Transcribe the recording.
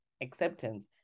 acceptance